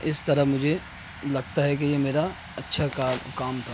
اس طرح مجھے لگتا ہے کہ یہ میرا اچھا کار کام تھا